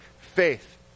faith